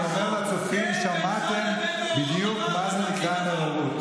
אני אומר לצופים: שמעתם בדיוק מה זה נקרא נאורות.